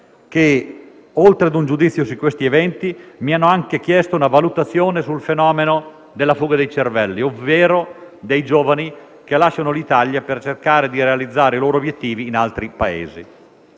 che, oltre a un giudizio su questi eventi, mi hanno anche chiesto una valutazione sul fenomeno della fuga dei cervelli, ovvero dei giovani che lasciano l'Italia per cercare di realizzare i loro obiettivi in altri Paesi.